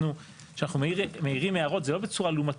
כשאנחנו מעירים הערות זה לא בצורה לעומתית,